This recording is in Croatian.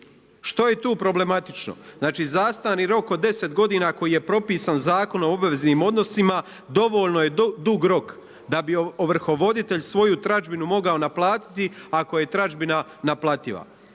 Što je tu problematično? Znači zastarni rok od deset godina koji je propisan Zakonom o obveznim odnosima dovoljno je dug rok da bi ovrhovoditelj svoju tražbinu mogao naplatiti, ako je tražbina naplativa.